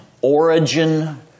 origin